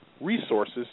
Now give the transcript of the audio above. resources